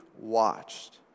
watched